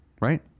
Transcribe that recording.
right